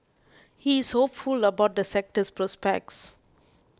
he is hopeful about the sector's prospects